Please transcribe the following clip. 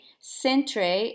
centre